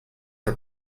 are